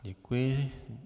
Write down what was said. Děkuji.